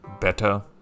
Better